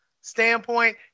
standpoint